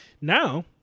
Now